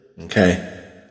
okay